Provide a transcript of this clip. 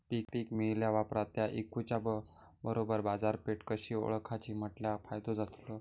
पीक मिळाल्या ऑप्रात ता इकुच्या बरोबर बाजारपेठ कशी ओळखाची म्हटल्या फायदो जातलो?